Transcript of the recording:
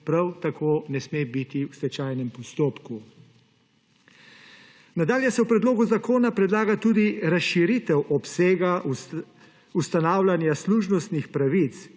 prav tako ne sme biti v stečajnem postopku. Nadalje se v predlogu zakona predlaga tudi razširitev obsega ustanavljanja služnostnih pravic